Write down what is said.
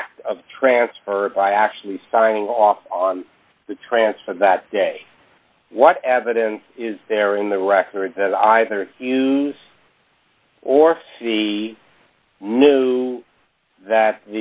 act of transfer by actually signing off on the transfer that day what evidence is there in the record that either use or the knew that